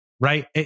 right